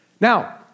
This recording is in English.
Now